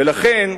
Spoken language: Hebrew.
ולכן,